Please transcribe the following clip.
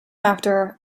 after